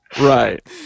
right